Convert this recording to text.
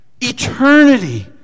Eternity